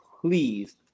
please